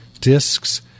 discs